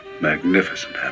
magnificent